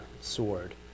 sword